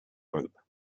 group